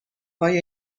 های